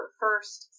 first